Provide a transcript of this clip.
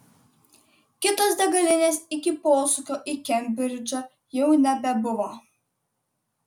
kitos degalinės iki posūkio į kembridžą jau nebebuvo